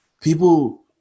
people